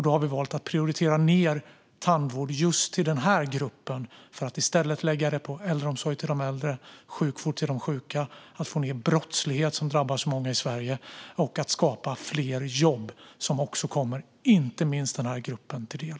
Då har vi valt att prioritera ned tandvård till just den gruppen för att i stället lägga pengar på äldreomsorg till de äldre, på sjukvård till de sjuka, på att få ned den brottslighet som drabbar så många i Sverige och på att skapa fler jobb, vilket kommer inte minst den gruppen till del.